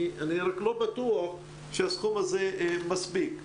אני רק לא בטוח שהסכום הזה מספיק.